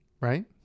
Right